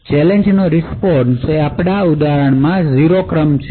challenge નો response એ આપણા ઉદાહરણમાં 0 અથવા 1 છે